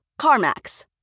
CarMax